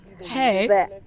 Hey